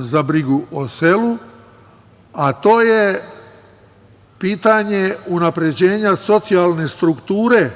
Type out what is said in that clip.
za brigu o selu, a to je pitanje unapređenja socijalne strukture